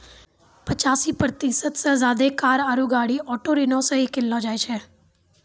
पचासी प्रतिशत से ज्यादे कार आरु गाड़ी ऑटो ऋणो से ही किनलो जाय छै